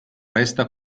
resta